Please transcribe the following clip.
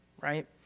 right